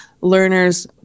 learners